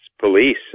police